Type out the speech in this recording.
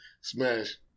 Smash